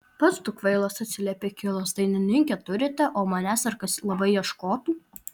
pats tu kvailas atsiliepė kilas dainininkę turite o manęs ar kas labai ieškotų